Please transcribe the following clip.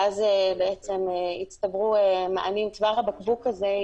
ואז בעצם הצטברו מענים צוואר הבקבוק הזה,